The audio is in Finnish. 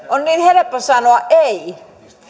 on niin helppo sanoa ei